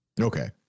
okay